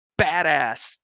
badass